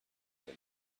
been